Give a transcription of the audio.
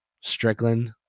Strickland